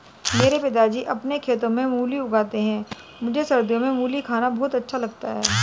मेरे पिताजी अपने खेतों में मूली उगाते हैं मुझे सर्दियों में मूली खाना बहुत अच्छा लगता है